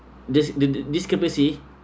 dis~ discrepancy